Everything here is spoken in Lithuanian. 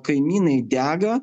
kaimynai dega